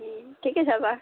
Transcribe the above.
ए ठिकै छ त